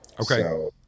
Okay